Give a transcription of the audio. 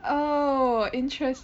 oh interest~